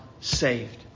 saved